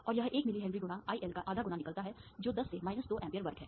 और यह 1 millihenry गुणा IL का आधा गुना निकलता है जो 10 से 2 एम्पीयर वर्ग है